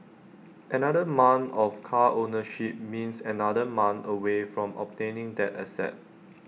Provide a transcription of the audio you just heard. another month of car ownership means another month away from obtaining that asset